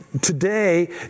today